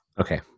okay